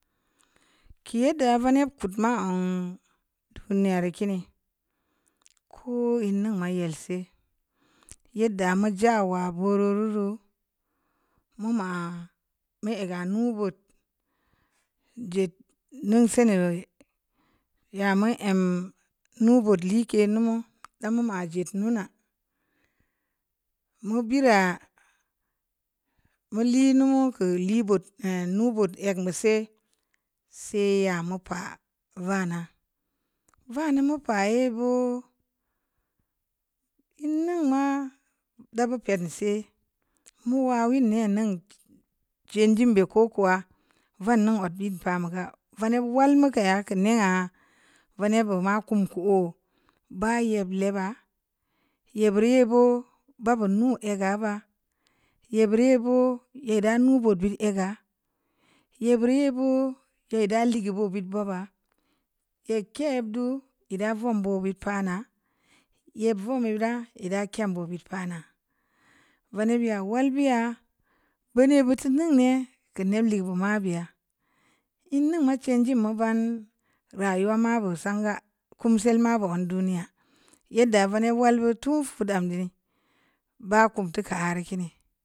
Kii yedda vaneb kuəma uŋ duniyar kini ko'o nneŋ ma yel si yedda mu jawa buru reureu muma'a mu-a-ga nu bo'ot je'at nuŋ se'ŋ yamu əm nu bo't lee’ ke’ numu dan muma je'e't nuna mu bii ra mulli nu kə lee bo'ot ən nu bo'ot ek bu se’ sai ya mu pa vana, va numon pa'a bo'o tu nuŋ ma dabu pain se’ muwa wuŋ ne’ nun jen dun be’ ko kowa vannuŋ odd bin pa muga vaneb wal muka'a ya kən ne'ah vaneb buma kum ku'o ba ye'b le'a ba ye’ burii bu ba bunŋ a ga ba ye’ burii bo'o yedda nu bot er a ga ye burii bo'o yedda le'e gə bobit bo'ba'a ye'b ke’ du e’ da vom bo’ wiig pana ye'p vom bira lna ke'm bo'o bit pana vaneb ya wal be’ ya bune’ butu nneŋ ne’ kəne’ le'e gə ma bi'a hruŋ ma cheir ge’ mo'o banu ra'ayu wa ma bu sanagə kum se'l ma vom duni ya'a yedda kaneb wal bo'o tu fudam de'ne’ ba kum tukər kii nii.